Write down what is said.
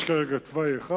יש כרגע תוואי אחד.